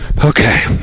okay